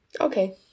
Okay